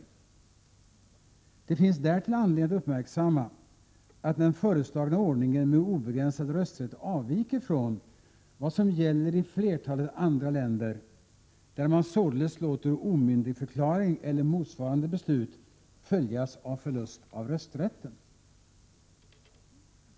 Det finns därtill anledning att uppmärksamma att den föreslagna ordningen med obegränsad rösträtt avviker från vad som gäller i flertalet andra länder, där man således låter omyndigförklaring eller motsvarande beslut följas av förlust av rösträtten.